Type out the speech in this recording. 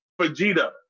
Vegeta